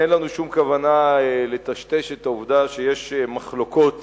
אין לנו שום כוונה לטשטש את העובדה שיש מחלוקות